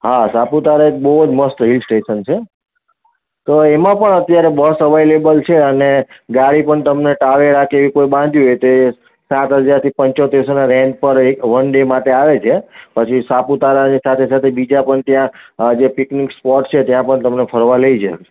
હા સાપુતારા એક બહુ જ મસ્ત હિલ સ્ટેસન છે તો એમાં પણ અત્યારે બસ અવાઈલેબલ છે અને ગાડી પણ તમને ટાવેરા કે એવી કોઈ બાંધવી હોય તો એ સાત હજારથી પંચોતેરસોના રેન્ટ પર એ વન ડે માટે આવે છે પછી સાપુતારાની સાથે સાથે બીજા પણ ત્યાં જે પિકનિક સ્પોટ છે ત્યાં પણ તમને ફરવા લઈ જશે